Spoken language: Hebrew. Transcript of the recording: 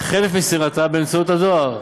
חלף מסירתה באמצעות הדואר.